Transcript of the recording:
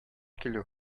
килү